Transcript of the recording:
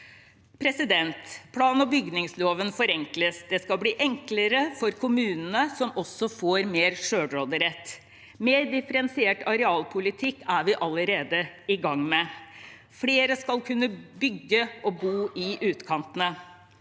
viktig. Plan- og bygningsloven forenkles. Det skal bli enklere for kommunene, som også får mer selvråderett. Mer differensiert arealpolitikk er vi allerede i gang med. Flere skal kunne bygge og bo i utkantene.